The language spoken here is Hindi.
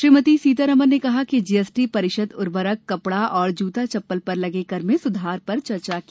श्रीमती सीतारामन ने कहा कि जीएसटी परिषद उर्वरक कपड़ा और जूता चप्पल पर लगे कर में सुधार पर चर्चा की